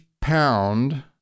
pound